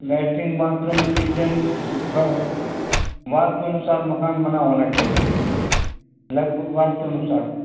latrine bathroom kitchen वा वास्तु अनुसार मकान बना होना चाहिए लगभग वास्तु अनुसार